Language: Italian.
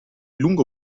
lungo